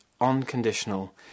unconditional